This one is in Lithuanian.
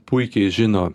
puikiai žino